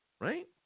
Right